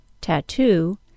tattoo